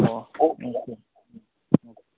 ꯑꯣ okay um okay